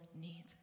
need